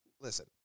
listen